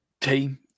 team